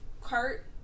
cart